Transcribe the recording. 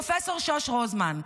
פרופ' שוש רוזמן,